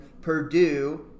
Purdue